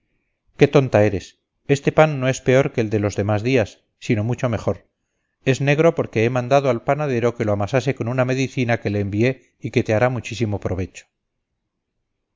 qué tonta eres este pan no es peor que el de los demás días sino mucho mejor es negro porque he mandado al panadero que lo amasase con una medicina que le envié y que te hará muchísimo provecho